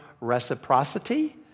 reciprocity